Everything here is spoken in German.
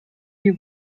die